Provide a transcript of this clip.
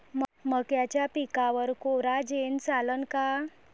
मक्याच्या पिकावर कोराजेन चालन का?